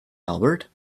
albert